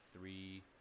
three